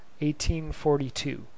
1842